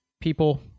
people